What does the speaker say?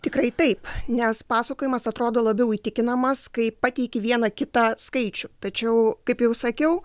tikrai taip nes pasakojimas atrodo labiau įtikinamas kai pateiki vieną kitą skaičių tačiau kaip jau sakiau